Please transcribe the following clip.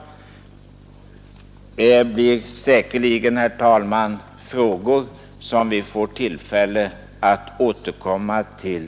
Det är säkerligen, herr talman, en fråga som vi får tillfälle att återkomma till.